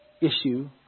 issue